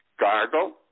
Gargle